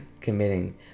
committing